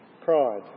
pride